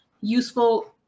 useful